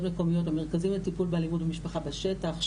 מקומיות במרכזים לטיפול באלימות במשפחה בשטח,